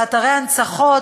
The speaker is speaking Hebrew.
לאתרי הנצחה,